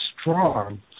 strong